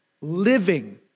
living